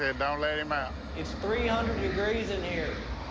ah don't let him out. it's three hundred degrees in here.